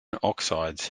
oxides